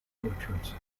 orchards